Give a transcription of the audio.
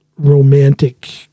Romantic